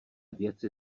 věci